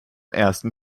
ersten